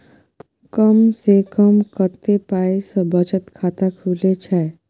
कम से कम कत्ते पाई सं बचत खाता खुले छै?